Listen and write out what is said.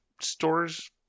stores